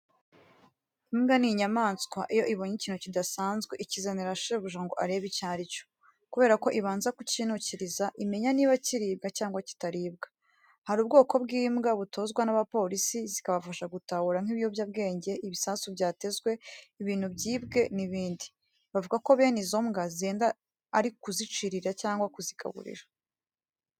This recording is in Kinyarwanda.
Imbwa ni inyamanswa iyo ibonye ikintu kidasanzwe ikizanira shebuja ngo arebe icyo ari cyo. Kubera ko ibanza kukinukiriza, imenya niba kiribwa cyangwa kitaribwa. Hari ubwoko bw'imbwa butozwa n'abapolisi zikabafasha gutahura nk'ibiyobyabwenge, ibisasu byatezwe, ibintu byibwe n'ibindi. Bavuga ko bene izi mbwa zihenda ari ukuzicirira cyangwa kuzigaburira.